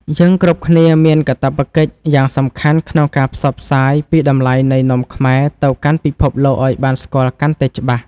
យើងគ្រប់គ្នាមានកាតព្វកិច្ចយ៉ាងសំខាន់ក្នុងការផ្សព្វផ្សាយពីតម្លៃនៃនំខ្មែរទៅកាន់ពិភពលោកឱ្យបានស្គាល់កាន់តែច្បាស់។